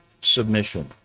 submission